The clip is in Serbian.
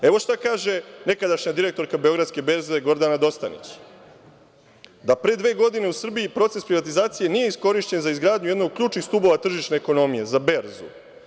Evo šta kaže nekadašnja direktorka Beogradske berze Gordana Dostavić, da pre dve godine u Srbiji proces privatizacije nije iskorišćen za izgradnju jednog od ključnih stubova tržišne ekonomije za berzu.